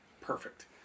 perfect